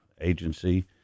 Agency